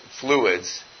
fluids